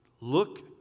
Look